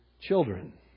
children